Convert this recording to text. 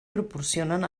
proporcionen